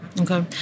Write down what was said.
Okay